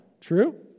True